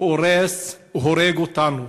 הורג אותנו.